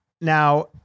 now